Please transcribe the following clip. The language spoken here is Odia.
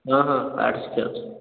ହଁ ହଁ ଆର୍ଟ୍ ଶିଖା ହେଉଛି